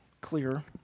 clear